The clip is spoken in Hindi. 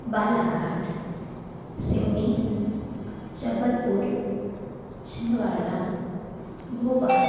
बालाघाट सिवनी जबलपुर छिंदवाड़ा भोपाल